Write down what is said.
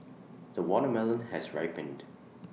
the watermelon has ripened